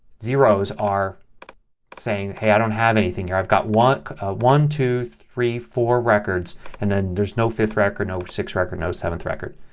zeros are saying, hey i don't have anything here. i've got one, two, three, four records and then there's no fifth record, no sixth record, no seventh record.